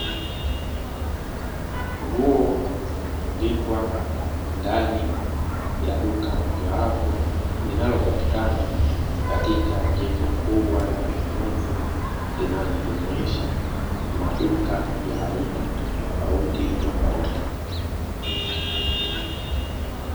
Nguo zimetundikwa ndani ya duka moja wapo linalopatikana katika jengo kubwa la manunuzi, linalojumuisha maduka ya aina tofauti tofauti.